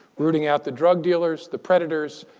rooting out the drug dealers, the predators,